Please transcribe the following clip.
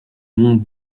monts